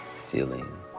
feeling